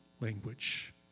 language